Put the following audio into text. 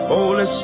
Holy